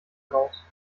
raus